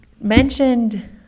mentioned